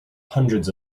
hundreds